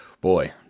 boy